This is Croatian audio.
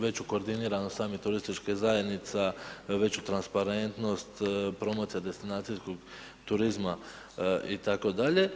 Veću koordiniranost samih turističkih zajednica, veću transparentnost, promocija destinacijskog turizma itd.